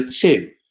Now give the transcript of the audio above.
two